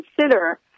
consider